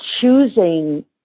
choosing